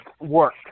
work